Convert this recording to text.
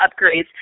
upgrades